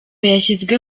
yashyizwe